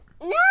No